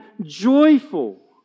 joyful